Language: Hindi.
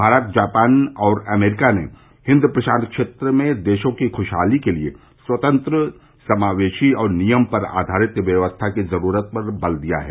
भारत जापान और अमरीका ने हिंद प्रशांत क्षेत्र के देशों की खुशहाली के लिए स्वतंत्र समावेशी और नियम पर आधारित व्यवस्था की जरूरत पर बल दिया है